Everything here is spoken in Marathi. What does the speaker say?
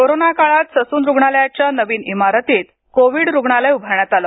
कोरोना काळात ससून रुग्णालयाच्या नवीन इमारतीत कोविड रुग्णालय उभारण्यात आलं